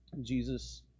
Jesus